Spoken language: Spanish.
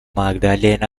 magdalena